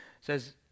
says